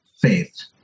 faith